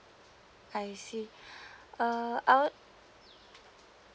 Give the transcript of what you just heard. I see uh I would